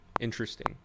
Interesting